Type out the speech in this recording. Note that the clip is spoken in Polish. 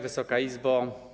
Wysoka Izbo!